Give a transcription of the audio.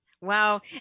Wow